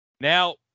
Now